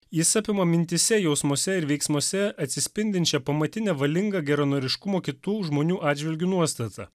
jis apima mintyse jausmuose ir veiksmuose atsispindinčią pamatinę valingą geranoriškumo kitų žmonių atžvilgiu nuostatą